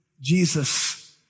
Jesus